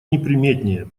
неприметнее